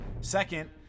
Second